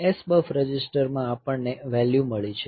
SBUF register માં આપણને value મળી છે